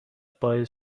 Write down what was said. باعث